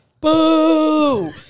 boo